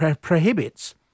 prohibits